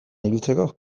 ibiltzeko